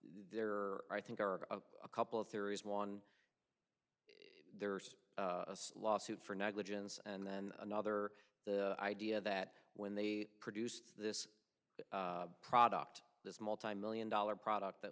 are i think are a couple of theories one there's a sloss suit for negligence and then another the idea that when they produce this product this multimillion dollar product that